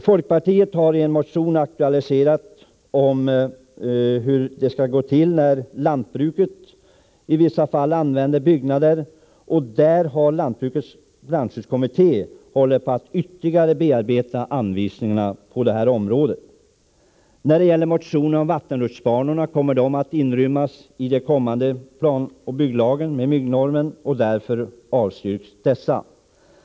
Folkpartiet har i en motion aktualiserat hur det skall gå till när lantbruket i vissa fall använder byggnader. Lantbrukets brandskyddskommitté håller på att ytterligare bearbeta anvisningarna på det här området. När det gäller motionen om vattenrutschbanor vill jag peka på att dessa kommer att inrymmas i den kommande planoch bygglagen med byggnormen. Därför avstyrks motionen.